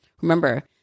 Remember